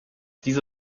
diese